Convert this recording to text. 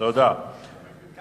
אני